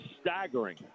staggering